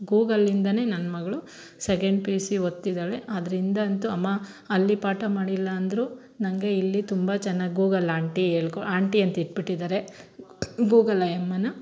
ಗೂಗಲಿಂದನೇ ನನ್ನ ಮಗಳು second P U C ಓದ್ತಿದ್ದಾಳೆ ಅದ್ರಿಂದಂತೂ ಅಮ್ಮ ಅಲ್ಲಿ ಪಾಠ ಮಾಡಿಲ್ಲಾಂದ್ರೂ ನನಗೆ ಇಲ್ಲಿ ತುಂಬ ಚೆನ್ನಾಗಿ ಗೂಗಲ್ ಆಂಟಿ ಹೇಳ್ಕೊ ಆಂಟಿ ಅಂತ ಇಟ್ಬಿಟ್ಟಿದ್ದಾರೆ ಗೂಗಲ್ ಆಯಮ್ಮನ